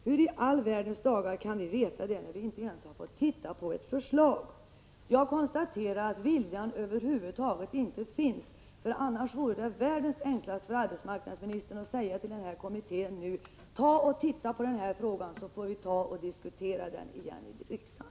Hur skall vi veta det när vi inte ens fått titta på något förslag? Jag konstaterar att viljan över huvud taget inte finns. Annars vore det världens enklaste sak för arbetsmarknadsministern att säga till kommittén: titta på den här frågan, så att vi får diskutera den igen i riksdagen.